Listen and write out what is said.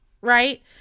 right